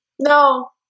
No